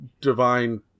divine